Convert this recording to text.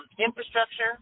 infrastructure